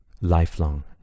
lifelong